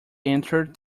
entered